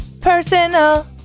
personal